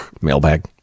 Mailbag